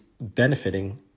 benefiting